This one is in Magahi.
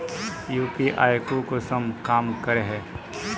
यु.पी.आई कुंसम काम करे है?